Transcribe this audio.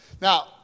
Now